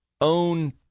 own